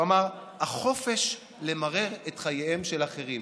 הוא אמר: החופש למרר את חייהם של אחרים.